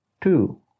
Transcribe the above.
Two